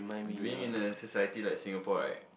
being in a society like Singapore right